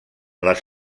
les